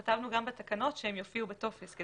כתבנו גם בתקנות שיופיעו בטופס.